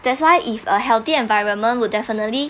that's why if a healthy environment would definitely